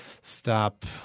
stop